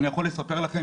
אני יכול לספר לכם,